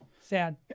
Sad